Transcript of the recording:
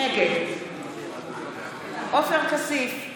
נגד עופר כסיף,